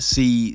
See